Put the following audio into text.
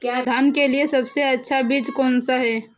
धान के लिए सबसे अच्छा बीज कौन सा है?